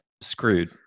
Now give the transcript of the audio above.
screwed